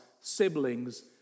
siblings